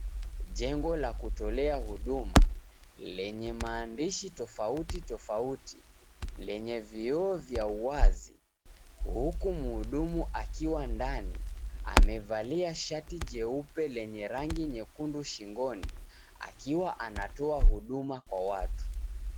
Jengo la kutolea huduma, lenye maandishi tofauti tofauti, lenye vioo vya wazi, huku mhudumu akiwa ndani amevalia shati jeupe lenye rangi nyekundu shingoni, akiwa anatoa huduma kwa watu.